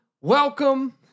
welcome